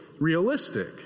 realistic